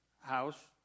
house